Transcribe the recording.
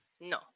No